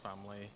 family